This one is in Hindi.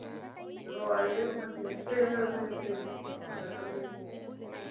चलो आइए मतलब देखते है जो ना है से ज़्यादा कम भी